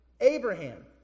Abraham